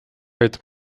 aitab